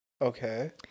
Okay